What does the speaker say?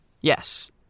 Yes